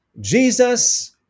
Jesus